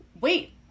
wait